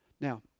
Now